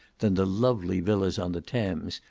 than the lovely villas on the thames,